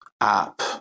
app